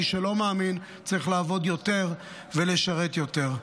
מי שלא מאמין צריך לעבוד יותר ולשרת יותר.